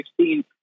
2016